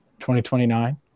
2029